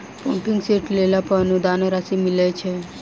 Pumping set लेला पर अनुदान राशि मिलय छैय?